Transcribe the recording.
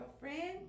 girlfriend